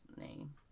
name